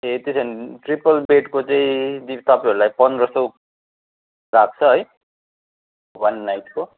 ए त्यसो भने ट्रिपल बेडको चाहिँ दिदी तपाईँहरूलाई पन्ध्र सय लाग्छ है वान नाइटको